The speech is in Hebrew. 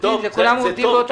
כולם עובדים באותה חברה.